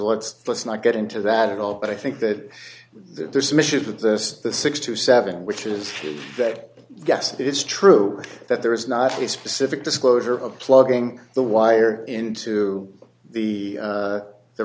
let's let's not get into that at all but i think that there's some issues with this the six to seven which is that yes it's true that there is not a specific disclosure of plugging the wired into the